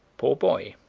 poor boy,